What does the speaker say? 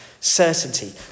certainty